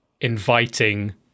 inviting